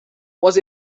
was